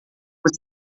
você